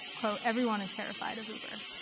quote, everyone is terrified of uber.